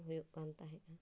ᱵᱟᱝ ᱦᱩᱭᱩᱜ ᱠᱟᱱ ᱛᱟᱦᱮᱱᱟ